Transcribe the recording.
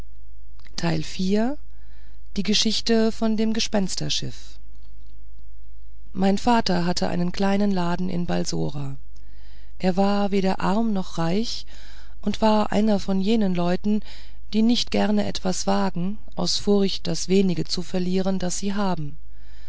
die geschichte von dem gespensterschiff mein vater hatte einen kleinen laden in balsora er war weder arm noch reich und war einer von jenen leuten die nicht gerne etwas wagen aus furcht das wenige zu verlieren das sie haben